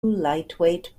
lightweight